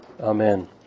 Amen